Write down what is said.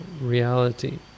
reality